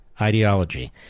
ideology